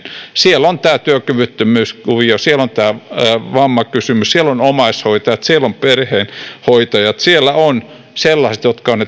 siellä on tämä työkyvyttömyyskuvio siellä on tämä vammakysymys siellä ovat omaishoitajat siellä ovat perhehoitajat siellä ovat sellaiset jotka ovat